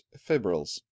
fibrils